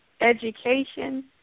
Education